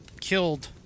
killed